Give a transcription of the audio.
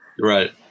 Right